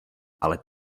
ale